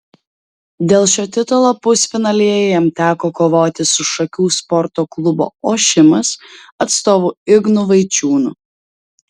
dėl šio titulo pusfinalyje jam teko kovoti su šakių sporto klubo ošimas atstovu ignu vaičiūnu